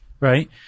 Right